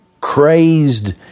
crazed